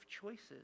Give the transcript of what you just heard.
choices